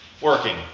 working